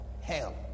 hell